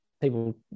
people